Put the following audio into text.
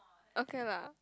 okay lah